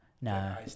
No